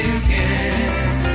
again